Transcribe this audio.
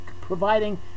providing